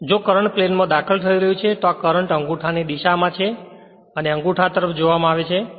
તેથી જો current plane માં દાખલ થઈ રહ્યું છે કે આ કરંટ અંગૂઠાની દિશા માં છે અને અંગૂઠા તરફ જોવામાં આવે છે